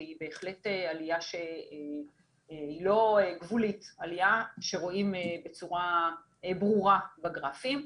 והיא בהחלט עלייה שהיא לא גבולית: עלייה שרואים בצורה ברורה בגרפים.